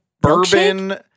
bourbon